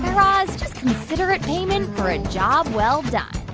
raz, just consider it payment for a job well-done